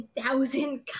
thousand